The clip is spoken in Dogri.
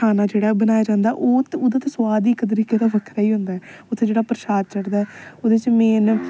खाना जेहड़ा बनाया जंदा ओह् ते ओहदा ते स्बाद गै इक तरीके दा बक्खरा गै होंदा ऐ उत्थै जेहड़ा प्रसाद चढ़दा ऐ ओहदे च मेन